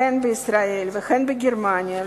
הן בישראל והן בגרמניה,